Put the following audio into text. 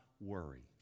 worry